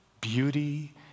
beauty